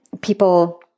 people